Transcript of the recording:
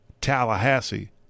Tallahassee